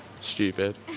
Stupid